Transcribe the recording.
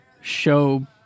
show